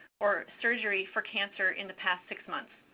or surgery for cancer in the past six months.